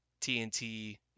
TNT